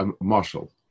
marshal